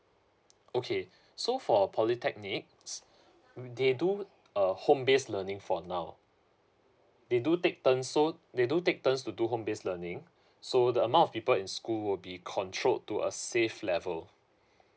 okay so for polytechnics they do a home base learning for now they do take turns so they do take turns to do home base learning so the amount of people in school will be controlled to a safe level